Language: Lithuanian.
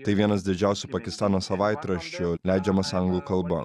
tai vienas didžiausių pakistano savaitraščių leidžiamas anglų kalba